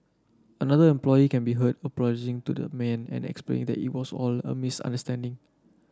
another employee can be heard apologising to the man and explaining that it was all a misunderstanding